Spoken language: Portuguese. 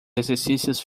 exercícios